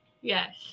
Yes